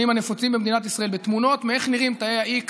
הנפוצים במדינת ישראל בתמונות איך נראים תאי ה-x,